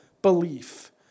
belief